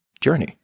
journey